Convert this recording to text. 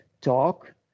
talk